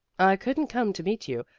i couldn't come to meet you,